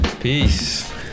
Peace